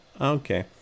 Okay